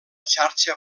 xarxa